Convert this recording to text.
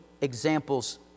examples